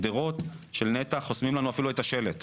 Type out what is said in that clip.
הגדרות של נת"ע חוסמים לנו את השלט,